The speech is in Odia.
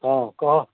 ହଁ କହ